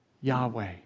Yahweh